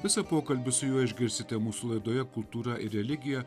visą pokalbį su juo išgirsite mūsų laidoje kultūra ir religija